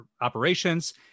operations